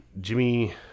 Jimmy